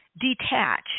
detach